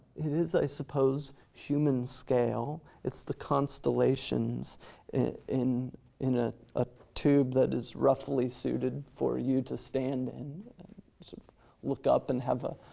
it is, i suppose, human scale. it's the constellations in in ah a tube that is roughly suited for you to stand and sort of look up and have a